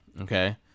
Okay